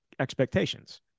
expectations